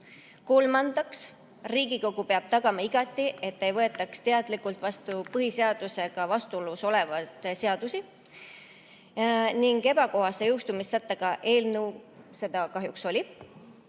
kolmandaks, Riigikogu peab tagama igati, et ei võetaks teadlikult vastu põhiseadusega vastuolus olevaid seadusi, kuid ebakohase jõustumissättega eelnõu seda kahjuks oli;